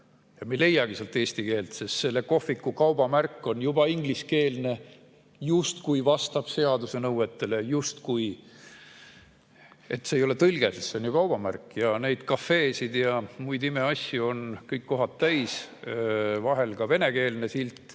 me ei leiagi sealt eesti keelt, sest selle kohviku kaubamärk on juba ingliskeelne, justkui vastab seaduse nõuetele. Justkui. See ei ole tõlge, sest see on ju kaubamärk. Neidcafe'sid ja muid imeasju on kõik kohad täis. Vahel on ka venekeelne silt.